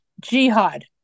jihad